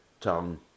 tongue